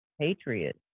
Patriot